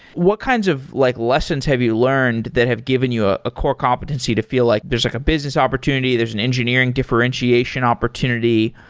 what kinds of like lessons have you learned that have given you ah a core competency to feel like there's like a business opportunity. there's an engineering differentiation opportunity.